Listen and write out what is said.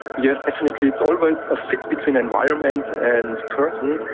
yes, definitely. it's always a fit between environment and person.